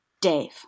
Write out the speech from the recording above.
Dave